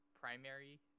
primary